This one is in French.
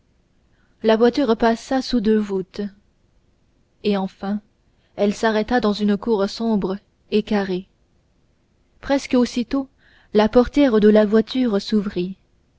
la voiture passa sous deux voûtes et enfin s'arrêta dans une cour sombre et carrée presque aussitôt la portière de la voiture s'ouvrit